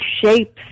shapes